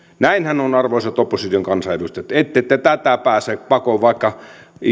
näinhän on arvoisat opposition kansanedustajat ette te tätä pääse pakoon vaikka